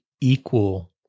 equal